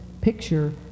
picture